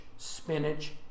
spinach